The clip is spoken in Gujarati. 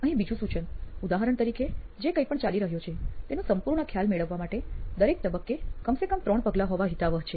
અહીં બીજું સૂચન ઉદાહરણ તરીકે જે કઈં પણ ચાલી રહ્યું છે તેનો સંપૂર્ણ ખ્યાલ મેળવવા માટે દરેક તબક્કે કમસે કમ ત્રણ પગલાં હોવા હિતાવહ છે